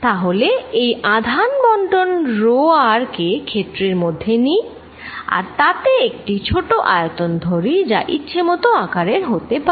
তাহলে এই আধান বন্টন রো r কে ক্ষেত্রের মধ্যে নিই আর তাতে একটি ছোট আয়তন ধরি যা ইচ্ছেমত আকারের হতে পারে